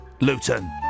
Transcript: Luton